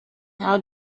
how